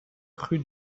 rue